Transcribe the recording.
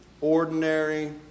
ordinary